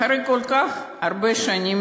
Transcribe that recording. אחרי כל כך הרבה שנים,